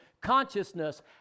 Consciousness